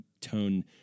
tone